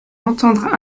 entendre